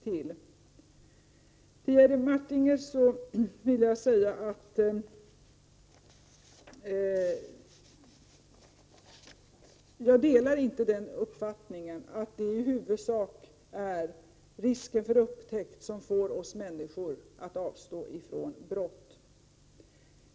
Till Jerry Martinger vill jag säga att jag inte delar uppfattaingen att det i huvudsak är risken för upptäckt som får oss människor att avstå från brott.